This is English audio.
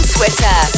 Twitter